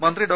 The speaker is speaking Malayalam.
മന്ത്രി ഡോ